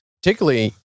particularly